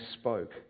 spoke